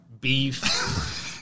beef